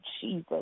Jesus